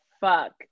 fuck